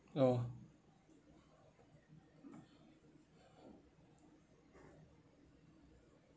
oh